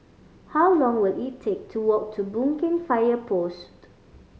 how long will it take to walk to Boon Keng Fire Post